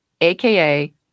aka